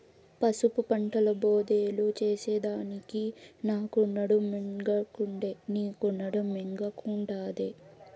పసుపు పంటల బోదెలు చేసెదానికి నాకు నడుమొంగకుండే, నీకూ నడుమొంగకుండాదే